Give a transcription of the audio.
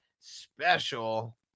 special